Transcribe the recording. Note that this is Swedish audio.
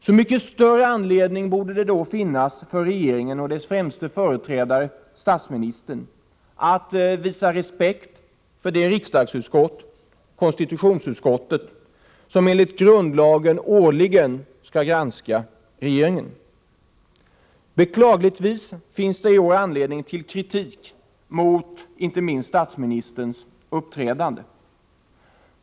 Så mycket större anledning borde det då finnas för regeringen och dess främste företrädare, statsministern, att visa respekt för det riksdagsutskott, konstitutionsutskottet, som enligt grundlagen årligen skall granska regeringen. Beklagligtvis finns det i år anledning till kritik mot inte minst statsministerns uppträdande.